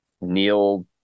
Neil